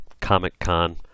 Comic-Con